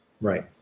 Right